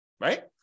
right